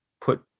put